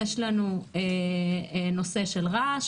יש לנו נושא של רעש,